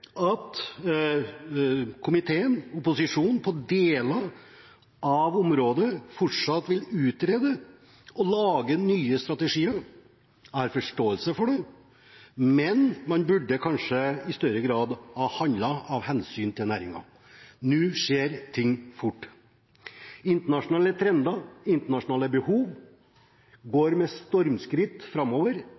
opposisjonen på deler av området fortsatt vil utrede og lage nye strategier. Jeg har forståelse for det, men man burde kanskje i større grad ha handlet, av hensyn til næringen. Nå skjer ting fort. Internasjonale trender og internasjonale behov går med stormskritt framover,